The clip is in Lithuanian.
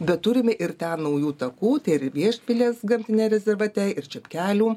bet turime ir ten naujų takų tai ir viešvilės gamtinia rezervate ir čepkelių